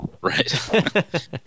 Right